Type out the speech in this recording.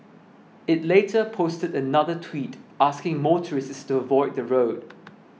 it later posted another tweet asking motorists to avoid the road